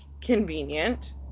convenient